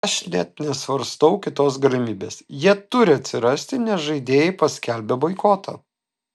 aš net nesvarstau kitos galimybės jie turi atsirasti nes žaidėjai paskelbė boikotą